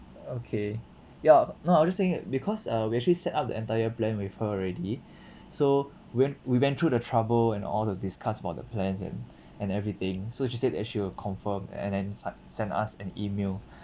okay ya no I was just saying that because uh we actually set up the entire plan with her already so when we went through the trouble and all to discuss about the plans and and everything so she said that she will confirm and then send send us an email